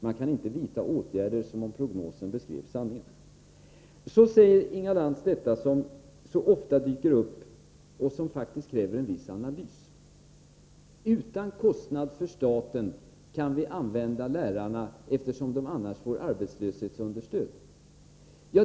Man kan inte vidta åtgärder som om prognosen beskrev sanningen. Sedan sade Inga Lantz något som ofta dyker upp och som faktiskt kräver en viss analys, nämligen att vi utan kostnad för staten kan använda lärarna, eftersom de annars får arbetslöshetsunderstöd.